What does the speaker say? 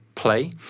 play